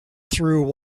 through